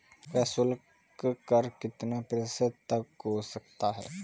प्रशुल्क कर कितना प्रतिशत तक हो सकता है?